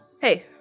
hey